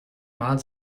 mal